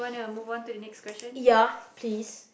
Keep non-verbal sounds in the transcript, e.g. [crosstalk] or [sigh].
[breath] ya please